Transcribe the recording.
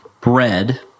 bread